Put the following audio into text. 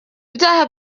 ibyaha